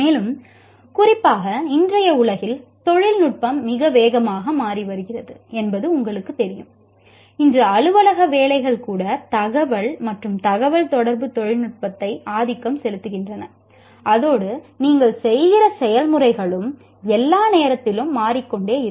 மேலும் குறிப்பாக இன்றைய உலகில் தொழில்நுட்பம் மிக வேகமாக மாறிவருகிறது என்பது உங்களுக்குத் தெரியும் இன்று அலுவலக வேலைகள் கூட தகவல் மற்றும் தகவல் தொடர்பு தொழில்நுட்பத்தை ஆதிக்கம் செலுத்துகின்றன அதோடு நீங்கள் செய்கிற செயல்முறைகளும் எல்லா நேரத்திலும் மாறிக்கொண்டே இருக்கும்